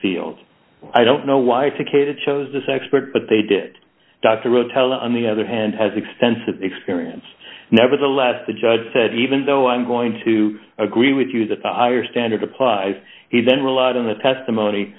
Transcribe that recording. field i don't know why it took a to chose this expert but they did it dr rotella on the other hand has extensive experience nevertheless the judge said even though i'm going to agree with you that the higher standard applies he then relied on the testimony